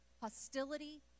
hostility